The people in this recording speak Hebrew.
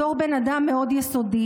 בתור בן אדם מאוד יסודי,